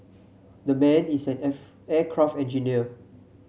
the man is an aircraft engineer